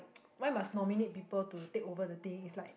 why must nominate people to take over the thing is like